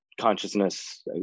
consciousness